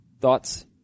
Thoughts